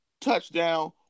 touchdown